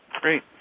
Great